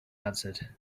answered